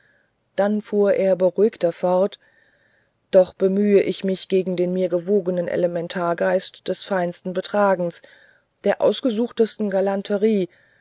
dann fuhr er beruhigter fort doch bemühe ich mich gegen den mir gewogenen elementargeist des feinsten betragens der ausgesuchtesten galanterie